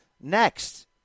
next